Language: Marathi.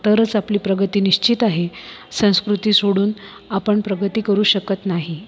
तरच आपली प्रगती निश्चित आहे संस्कृती सोडून आपण प्रगती करू शकत नाही